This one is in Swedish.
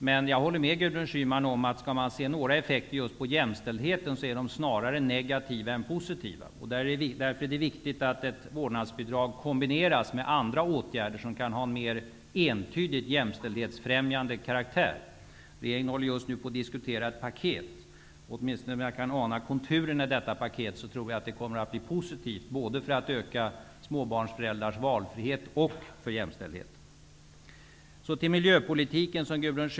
Men jag håller med Gudrun Schyman om att om man kan se några effekter just när det det gäller jämställdheten är de snarare negativa än positiva. Det är därför viktigt att ett vårdnadsbidrag kombineras med andra åtgärder som mer entydigt har jämställdhetsfrämjande karaktär. Regeringen håller för närvarande på att diskutera ett paket. Av konturerna i detta paket kan jag ana att det både vad gäller möjligheten att öka småbarnsföräldrars valfrihet och vad gäller att öka jämställdheten ser positivt ut.